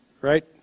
Right